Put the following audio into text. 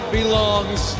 belongs